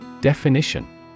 Definition